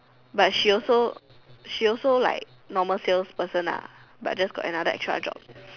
but she also she also like normal sales person lah but just got another extra job